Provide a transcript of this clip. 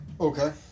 Okay